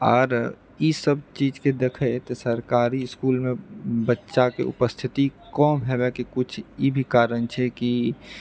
आर ई सब चीजकेँ देखैत सरकारी इसकूलमे बच्चाकेँ उपस्थिति कम होबएके किछु ई भी कारण छै कि